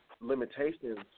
limitations